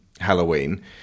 halloween